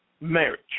marriage